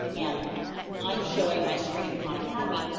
and i'm showing my screen in khan academy,